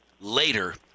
later